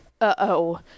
uh-oh